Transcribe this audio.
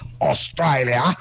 Australia